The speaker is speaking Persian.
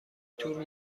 تور